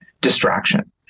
distraction